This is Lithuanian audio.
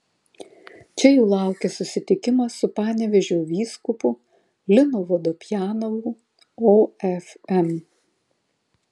čia jų laukia susitikimas su panevėžio vyskupu linu vodopjanovu ofm